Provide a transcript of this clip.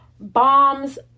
Bombs